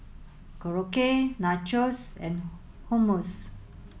Korokke Nachos and Hummus